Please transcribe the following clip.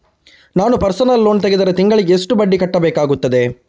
ನಾನು personal loan ತೆಗೆದರೆ ತಿಂಗಳಿಗೆ ಎಷ್ಟು ಬಡ್ಡಿ ಕಟ್ಟಬೇಕಾಗುತ್ತದೆ?